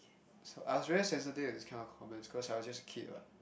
so I was very sensitive to these kind of comments cause I was just a kid [what]